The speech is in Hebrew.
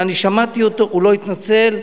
אני שמעתי אותו, הוא לא התנצל.